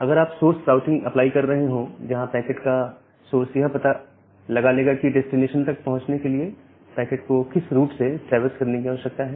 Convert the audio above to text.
अगर आप source routing apply कर रहे हो जहां पैकेट का सोर्स यह पता लगा लेगा कि डेस्टिनेशन तक पहुंचने के लिए पैकेट को किस रूट से ट्रैवर्स करने की आवश्यकता है